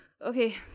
okay